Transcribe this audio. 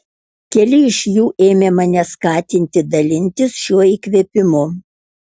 keli iš jų ėmė mane skatinti dalintis šiuo įkvėpimu